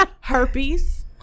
herpes